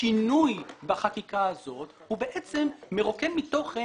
שהשינוי בחקיקה הזאת הוא בעצם מרוקן מתוכן